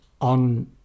on